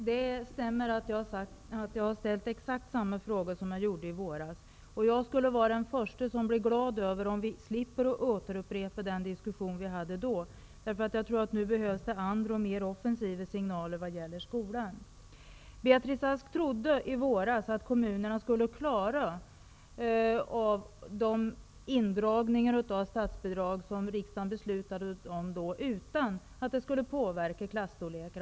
Herr talman! Det stämmer att jag har ställt exakt samma fråga som i våras. Jag skulle vara den förste som blev glad om vi slipper upprepa den diskussion som vi då hade. Jag tror nämligen att det behövs andra och mer offensiva signaler när det gäller skolan. I våras trodde Beatrice Ask att kommunerna skulle klara de indragningar av statsbidrag som riksdagen beslutade om, utan att det skulle påverka klassernas storlekar.